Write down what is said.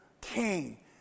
king